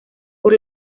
por